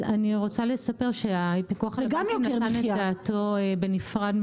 אז אני רוצה לספר שהפיקוח על הבנקים נתן את דעתו בנפרד.